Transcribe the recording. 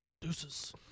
deuces